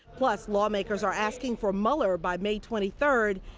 plus, lawmakers are asking for mueller by may twenty third.